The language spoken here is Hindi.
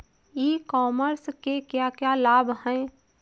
ई कॉमर्स के क्या क्या लाभ हैं?